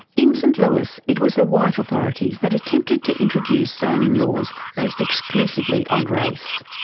in st louis it was the white authorities that attempted to introduce zoning laws based exclusively on race.